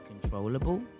controllable